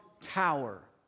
tower